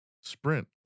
Sprint